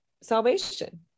salvation